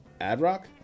Ad-Rock